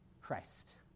Christ